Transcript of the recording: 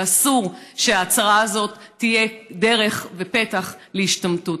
אסור שההצהרה הזאת תהיה דרך ופתח להשתמטות.